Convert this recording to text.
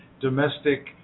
domestic